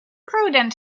prudent